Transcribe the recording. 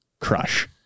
crush